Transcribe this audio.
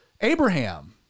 Abraham